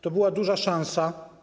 To była duża szansa.